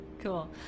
cool